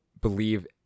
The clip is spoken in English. believe